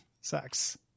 sex